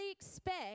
expect